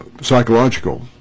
psychological